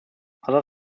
other